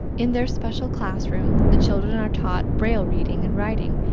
in their special classroom, the children are taught braille reading and writing,